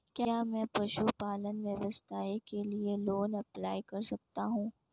क्या मैं पशुपालन व्यवसाय के लिए लोंन अप्लाई कर सकता हूं?